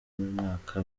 mwaka